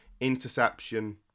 interception